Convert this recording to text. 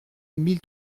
mille